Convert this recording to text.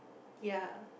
ya